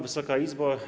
Wysoka Izbo!